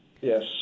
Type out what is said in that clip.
Yes